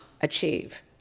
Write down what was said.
achieve